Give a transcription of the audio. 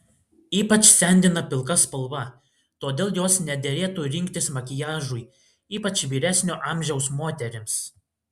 ypač sendina pilka spalva todėl jos nederėtų rinktis makiažui ypač vyresnio amžiaus moterims